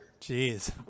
Jeez